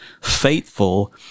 Faithful